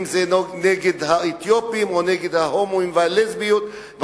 אם זה נגד האתיופים או נגד ההומואים והלסביות,